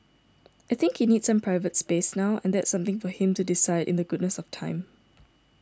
I think he needs some private space now and that's something for him to decide in the goodness of time